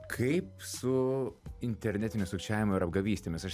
kaip su internetiniu sukčiavimu ir apgavystėmis aš